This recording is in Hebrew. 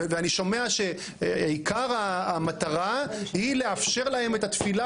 אני שומע שעיקר המטרה היא לאפשר להם את התפילה